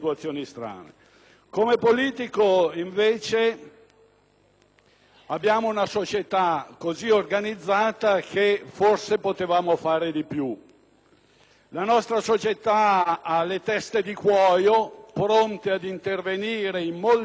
Come politico, invece, penso che abbiamo una società così organizzata che forse potevamo fare di più. La nostra società ha teste di cuoio, pronte ad intervenire in molti casi.